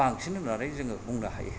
बांसिन होननानै जोङो बुंनो हायो